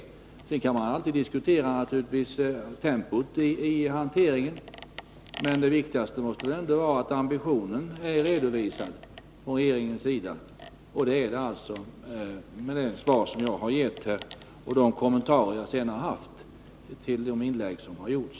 Man kan naturligtvis alltid diskutera tempot i handläggningen, men det viktigaste måste väl ändå vara att regeringen har redovisat sin ambition, och så har skett genom det svar som jag har givit och genom de kommentarer som jag därefter har lämnat till de inlägg som har gjorts.